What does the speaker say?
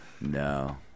No